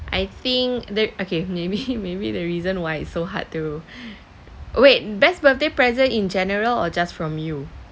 I think they okay maybe maybe the reason why it's so hard to wait best birthday present in general or just from you